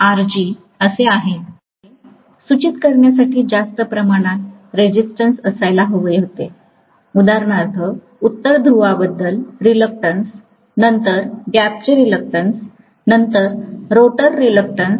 खरं तर माझ्याकडे सूचित करण्यासाठी जास्त प्रमाणात रेसिस्टंस असायला हवे होते उदाहरणार्थ उत्तर ध्रुवाबद्दल रिलक्टंस नंतर गॅपचे रिलक्टंस नंतर रोटर रिलक्टंस